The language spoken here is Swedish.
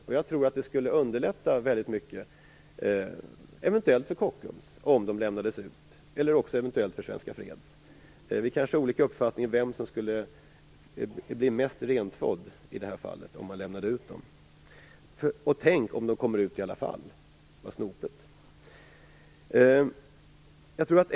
Det skulle eventuellt underlätta väldigt mycket för Kockums eller Svenska Freds om papperna lämnades ut. Vi kanske har olika uppfattning om vem som skulle bli mest rentvådd om man lämnade ut dem. Tänk om de kommer ut i alla fall! Vad snopet!